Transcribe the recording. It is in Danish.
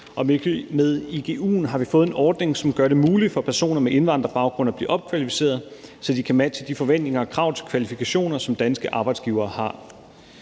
med igu'en har vi fået en ordning, som gør det muligt for personer med indvandrerbaggrund at blive opkvalificeret, så de kan matche de forventninger og krav til kvalifikationer, som danske arbejdsgivere har.